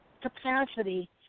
capacity